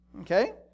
Okay